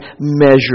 measure